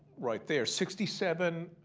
right there. sixty seven